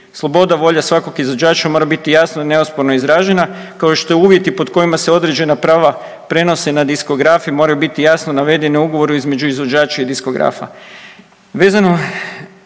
Sloboda, volja svakog izvođača mora biti jasno i neosporno izražena kao što i uvjeti pod kojima se određena prava prenose na diskografe moraju biti jasno navedeni u ugovoru između izvođača i diskografa.